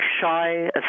shy